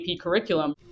curriculum